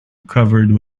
covered